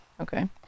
okay